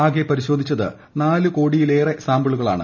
ആകെ പരിശോധിച്ചത് നാല് കോടിയിലേറെ സാമ്പിളുകളാണ്